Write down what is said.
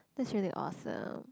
that's really awesome